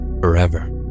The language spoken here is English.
Forever